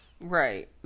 Right